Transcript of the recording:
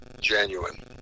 genuine